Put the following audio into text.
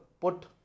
put